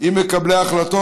עם מקבלי ההחלטות,